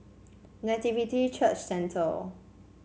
Nativity Church Centre